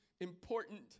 important